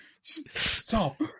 stop